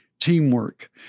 teamwork